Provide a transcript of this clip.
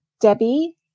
Debbie